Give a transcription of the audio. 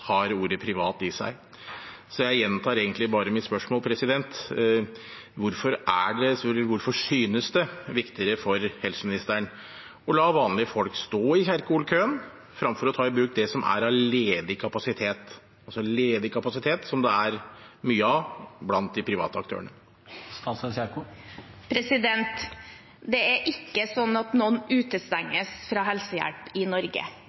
har ordet «privat» i seg. Så jeg gjentar egentlig bare mitt spørsmål: Hvorfor synes det å være viktigere for helseministeren å la vanlige folk stå i Kjerkol-køen, framfor å ta i bruk det som er av ledig kapasitet – en ledig kapasitet som det er mye av blant de private aktørene? Det er ikke slik at noen utestenges fra helsehjelp i Norge.